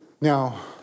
Now